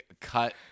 cut